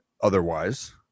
Otherwise